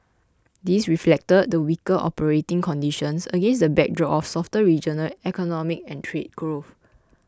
this reflected the weaker operating conditions against the backdrop of softer regional economic and trade growth